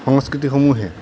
সংস্কৃতিসমূহে